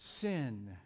sin